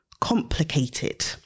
complicated